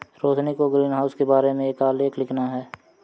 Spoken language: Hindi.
रोशिनी को ग्रीनहाउस के बारे में एक आलेख लिखना है